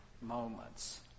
moments